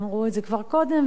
אמרו את זה כבר קודם,